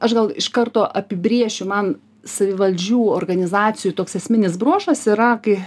aš gal iš karto apibrėšiu man savivaldžių organizacijų toks esminis bruožas yra kai